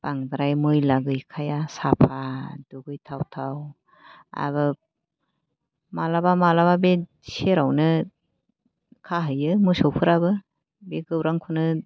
बांद्राय मैला गैखाया साफा दुगैथावथाव आरो मालाबा मालाबा बे सेरावनो खाहैयो मोसौफ्राबो बे गौरांखौनो